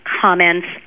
comments